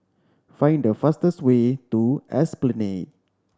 find the fastest way to Esplanade